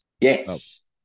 Yes